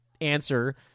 answer